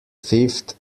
fifth